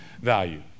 value